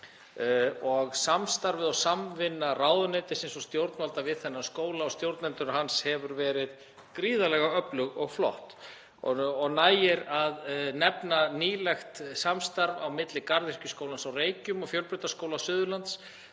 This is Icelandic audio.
og samstarf og samvinna ráðuneytisins og stjórnvalda við þennan skóla og stjórnendur hans hefur verið gríðarlega öflugt og flott. Nægir að nefna nýlegt samstarf á milli Garðyrkjuskólans á Reykjum og Fjölbrautaskóla Suðurlands